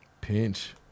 Pinch